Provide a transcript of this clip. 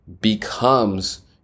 becomes